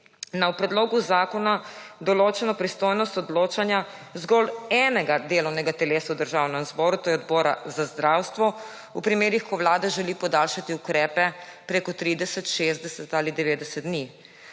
na v predlogu zakona določeno pristojnost odločanja zgolj enega delovnega telesa v Državnem zboru, to je Odbora za zdravstvo v primerih, ko želi Vlada podaljšati ukrepe preko 30, 60 ali 90 dni.